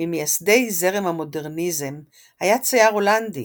ממייסדי זרם המודרניזם, היה צייר הולנדי,